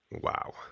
Wow